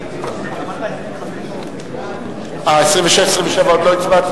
אמרת: 25. אה, 26 ו-27 עוד לא הצבעתי?